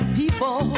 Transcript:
people